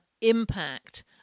impact